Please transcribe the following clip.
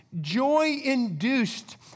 joy-induced